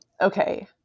Okay